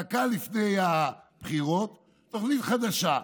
דקה לפני הבחירות, תוכנית חדשה,